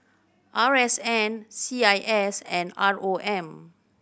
R S N C I S and R O M